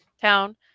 town